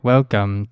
Welcome